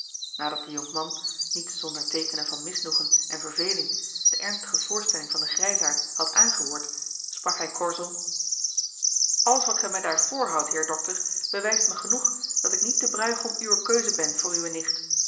nadat de jonkman niet zonder teekenen van misnoegen en verveling de ernstige voorstelling van den grijsaard had aangehoord sprak hij korzel alles wat gij mij daar voorhoudt heer dokter bewijst me genoeg dat ik niet de bruîgom uwe keuze ben voor uwe nicht